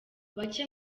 bake